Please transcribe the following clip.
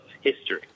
history